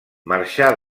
marxà